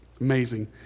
Amazing